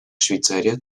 швейцария